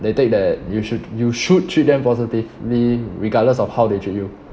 they take that you should you should treat them positively regardless of how they treat you